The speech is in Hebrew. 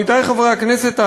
עמיתי חברי הכנסת,